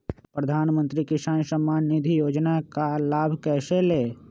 प्रधानमंत्री किसान समान निधि योजना का लाभ कैसे ले?